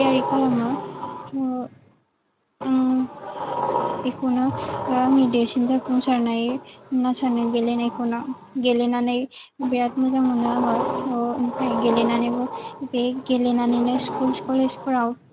थैयारि खालामो थ' आं बेखौनो आंनि देरसिन जाफुंसारनाय होननान सानो गेलेनायखौनो गेलेनानै बिरात मोजां मोनो आङो आमफ्राय गेलेनानैबो बे गेलेनानैनो स्कुल कलेजफोराव